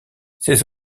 ces